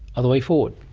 are the way forward.